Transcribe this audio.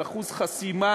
על אחוז חסימה,